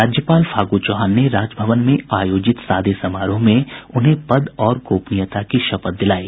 राज्यपाल फागू चौहान ने राजभवन में आयोजित सादे समारोह में उन्हें पद और गोपनीयता की शपथ दिलायी